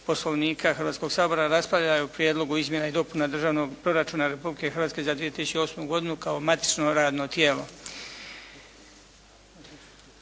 Poslovnika Hrvatskog sabora raspravljao je o Prijedlogu izmjena i dopuna Državnog proračuna Republike Hrvatske za 2008. godinu kao matično radno tijelo.